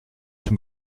zum